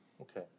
Okay